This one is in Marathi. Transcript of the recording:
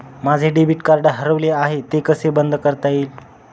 माझे डेबिट कार्ड हरवले आहे ते कसे बंद करता येईल?